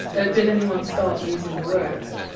ah did anyone start using the words?